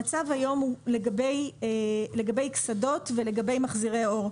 המצב היום לגבי קסדות ולגבי מחזירי אור,